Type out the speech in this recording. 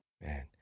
Man